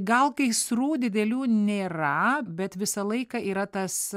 gal gaisrų didelių nėra bet visą laiką yra tas